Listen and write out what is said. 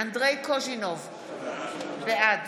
אנדרי קוז'ינוב, בעד